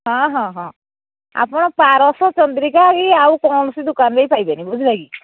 ହଁ ହଁ ହଁ ଆପଣ ପାରସ ଚନ୍ଦ୍ରିକା ହେ କି ଆଉ କୌଣସି ଦୋକାନରେ ବି ପାଇବେନି ବୁଝିଲ କି